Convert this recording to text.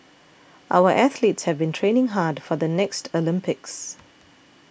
our athletes have been training hard for the next Olympics